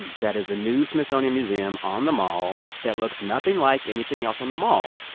and that is a new smithsonian museum on the mall that looks nothing like anything else on the mall.